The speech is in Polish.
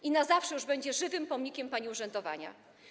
I na zawsze już będzie żywym pomnikiem pani urzędowania.